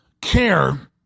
care